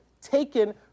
taken